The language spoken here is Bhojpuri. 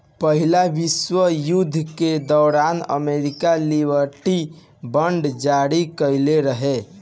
पहिला विश्व युद्ध के दौरान अमेरिका लिबर्टी बांड जारी कईले रहे